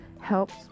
helps